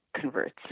converts